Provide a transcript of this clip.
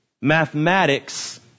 mathematics